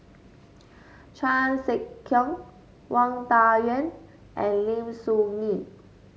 Chan Sek Keong Wang Dayuan and Lim Soo Ngee